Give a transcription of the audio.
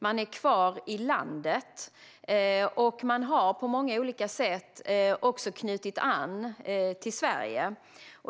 De är kvar i landet och har på många olika sätt knutit an till Sverige.